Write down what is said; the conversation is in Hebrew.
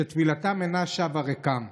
שתפילתם אינה שבה ריקם.